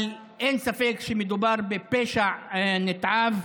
אבל אין ספק שמדובר בפשע נתעב,